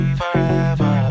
forever